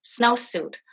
snowsuit